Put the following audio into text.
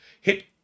hit